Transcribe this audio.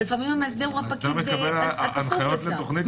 ולפעמים הוא הפקיד הכפוף לשר.